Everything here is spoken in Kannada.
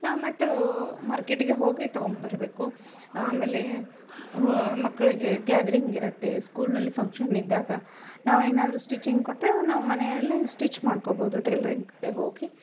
ನಾವು ಮತ್ತೆ ಮರ್ಕೆಟಿಗೆ ಹೋಗಿ ತಗೊಂಡ್ಬರ್ಬೇಕು ಆಮೇಲೆ ಹೋ ಮಕ್ಕಳಿಗೆ ಗ್ಯಾದರಿಂಗ್ ಇರುತ್ತೆ ಸ್ಕೂಲ್ನಲ್ಲಿ ಫಂಕ್ಷನ್ ಇದ್ದಾಗ ನಾವೇನಾದರೂ ಸ್ಟಿಚಿಂಗ್ ಕೊಟ್ಟರೆ ನಾವು ಮನೆಯಲ್ಲಿ ಸ್ಟಿಚ್ ಮಾಡ್ಕೊಬೋದು ಟೈಲ್ರಿಂಗ್ ಕಡೆ ಹೋಗಿ